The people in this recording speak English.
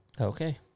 Okay